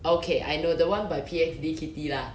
okay I know the one by P_F_D kitty lah